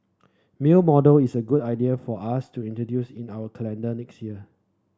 male model is a good idea for us to introduce in our calendar next year